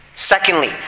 Secondly